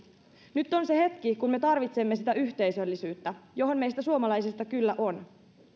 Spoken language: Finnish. nyt on se hetki kun me tarvitsemme sitä yhteisöllisyyttä johon meistä suomalaisista kyllä on